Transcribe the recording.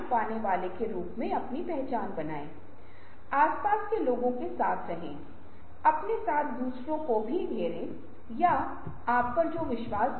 पहले समस्या की पहचान की जाती है और यदि समस्या उनकी है तो दुनिया के विभिन्न हिस्सों से विशेषज्ञों का पैनल तय किया जाता है